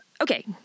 okay